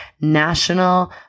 National